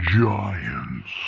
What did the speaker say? giants